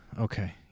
Okay